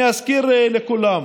אני אזכיר לכולם: